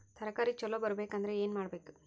ತರಕಾರಿ ಛಲೋ ಬರ್ಬೆಕ್ ಅಂದ್ರ್ ಏನು ಮಾಡ್ಬೇಕ್?